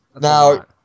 Now